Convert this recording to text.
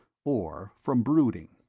or from brooding.